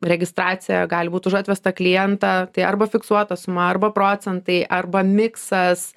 registraciją gali būt už atvestą klientą tai arba fiksuota suma arba procentai arba miksas